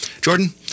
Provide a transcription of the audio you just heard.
jordan